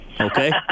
Okay